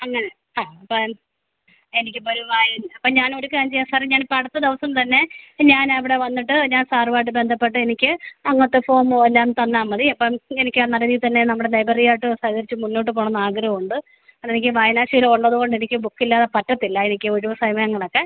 അങ്ങനെ ആ അപ്പോൾ എനിക്കിപ്പോൾ ഒരു വായന അപ്പം ഞാനൊരു കാര്യം ചെയ്യാം സാറേ ഞാനിപ്പോൾ അടുത്ത ദിവസം തന്നെ ഞാൻ അവിടെ വന്നിട്ട് ഞാൻ സാറുവായിട്ട് ബന്ധപ്പെട്ട് എനിക്ക് അന്നത്തെ ഫോമും എല്ലാം തന്നാൽ മതി അപ്പം എനിക്ക് പദവി തന്നെ നമ്മുടെ ലൈബ്രറിയായിട്ട് സഹകരിച്ച് മുന്നോട്ട് പോണന്നാഗ്രഹം ഉണ്ട് അതെനിക്ക് വായനാ ശീലം ഉള്ളത് കൊണ്ടെനിക്ക് ബുക്കില്ലാതെ പറ്റത്തില്ല എനിക്ക് ഒഴിവ് സമയങ്ങളൊക്കെ